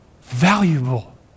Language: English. valuable